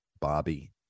Bobby